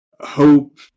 hope